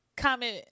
Comment